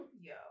yo